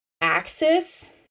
axis